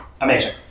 Amazing